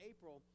April